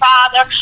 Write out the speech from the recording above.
Father